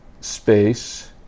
space